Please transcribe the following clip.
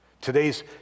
Today's